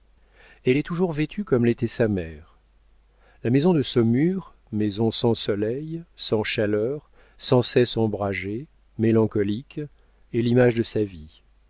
elle est toujours vêtue comme l'était sa mère la maison de saumur maison sans soleil sans chaleur sans cesse ombragée mélancolique est l'image de sa vie